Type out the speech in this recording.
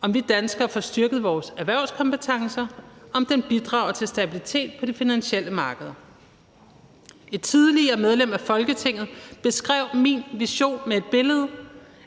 om vi danskere får styrket vores erhvervskompetencer, og om den bidrager til stabilitet på de finansielle markeder. Et tidligere medlem af Folketinget beskrev min vision med et billede.